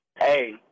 hey